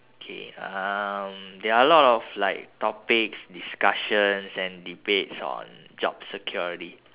K um there are a lot of topics discussions and debates on job security